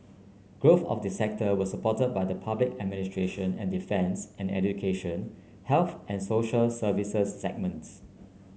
growth of the sector was support by the public administration and defence and education health and social services segments